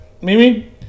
Mimi